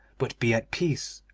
but be at peace,